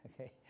Okay